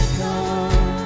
come